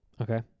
Okay